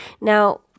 Now